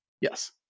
Yes